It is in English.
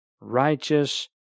Righteous